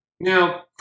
Now